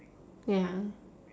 ya